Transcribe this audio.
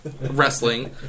Wrestling